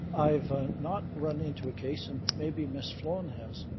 i've not run into a case, and maybe ms. sloan has,